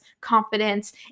confidence